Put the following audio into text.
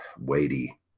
weighty